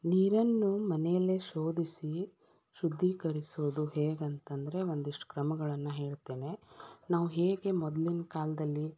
ನೀರನ್ನು ಮನೆಯಲ್ಲೇ ಶೋಧಿಸಿ ಶುದ್ದೀಕರಿಸುವುದು ಹೇಗಂತಂದರೆ ಒಂದಿಷ್ಟು ಕ್ರಮಗಳನ್ನು ಹೇಳ್ತೇನೆ ನಾವು ಹೇಗೆ ಮೊದ್ಲಿನ ಕಾಲದಲ್ಲಿ